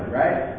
right